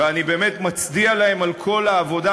ואני באמת מצדיע להם על כל העבודה.